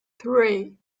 three